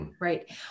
right